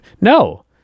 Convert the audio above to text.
No